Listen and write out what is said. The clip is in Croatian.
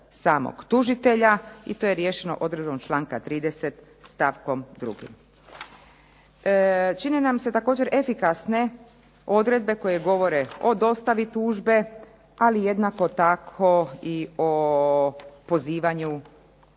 samog tužitelja i to je riješeno odredbom članka 30. stavkom 2. Čine nam se također efikasne odredbe koje govore o dostavi tužbe, ali jednako tako i o pozivanju